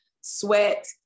sweat